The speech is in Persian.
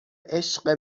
عشق